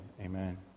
Amen